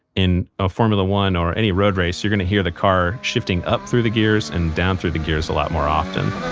in a formula one or any road race, you're going to hear the car shifting up through the gears and down through the gears a lot more often.